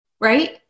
right